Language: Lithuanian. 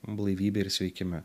blaivybe ir sveikime